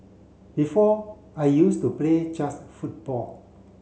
before I used to play just football